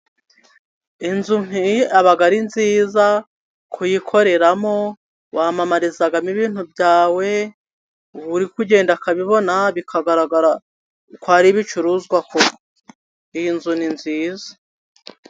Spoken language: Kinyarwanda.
Inzu nk'iyi aba ari nziza kuyikoreramo, wamamarizamo ibintu byawe, uri kugenda akabibona, bikagaragara ko ari ibicuruzwa, koko. Iyi nzu ni nziza.